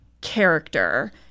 character